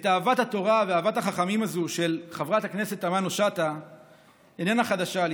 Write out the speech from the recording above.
אהבת התורה ואהבת החכמים הזו של חברת הכנסת תמנו-שטה איננה חדשה לי.